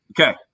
Okay